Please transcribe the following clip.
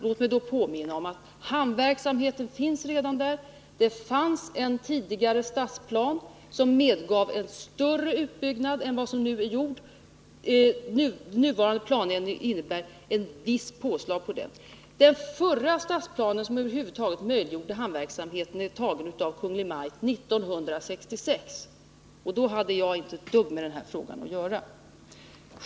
Låt mig då påminna om att hamnverksamheten redan finns. Det fanns en tidigare stadsplan som medgav en större utbyggnad än den som nu är gjord. Den nuvarande planändringen innebär en viss utökning. Den förra stadsplanen, som över huvud taget möjliggjorde hamnverksamheten, beslöts av Kungl. Maj:t 1966. Då hade jag inte dugg med den här frågan att göra.